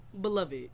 Beloved